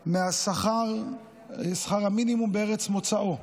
ארבעה משכר המינימום בארץ מוצאו.